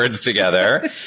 together